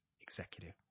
executive